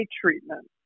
treatment